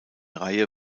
reihe